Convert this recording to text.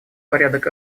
порядок